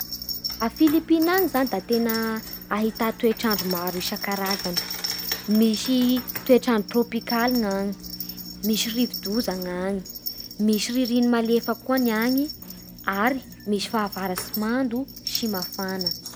A Philippines any zany da tena ahità toetr'andro maro isankarazany. Misy toetr'andro trôpikaly ny agny, misy rivo-doza ny agny, misy ririny malefaky koa ny agny ary misy fahavaratsy mando sy mafana.